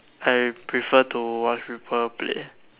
I prefer to watch people play